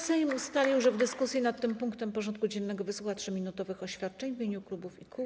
Sejm ustalił, że w dyskusji nad tym punktem porządku dziennego wysłucha 3-minutowych oświadczeń w imieniu klubów i kół.